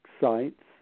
sites